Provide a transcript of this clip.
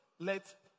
Let